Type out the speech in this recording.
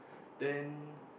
then